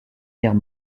guerre